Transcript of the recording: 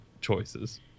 choices